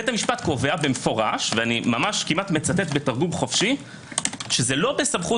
בית המשפט קובע במפורש מצטט בתרגום חופשי שלא בסמכות